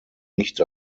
nicht